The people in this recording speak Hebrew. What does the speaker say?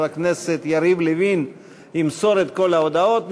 לכנסת יריב לוין ימסור את כל ההודעות,